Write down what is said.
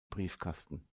briefkasten